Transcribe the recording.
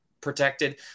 protected